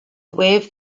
waived